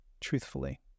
truthfully